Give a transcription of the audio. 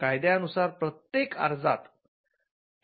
कायद्यानुसार प्रत्येक अर्जात एकच शोध असणे आवश्यक आहे